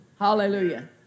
Hallelujah